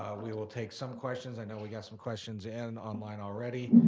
ah we will take some questions. i know we got some questions in online already.